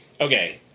okay